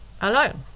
alone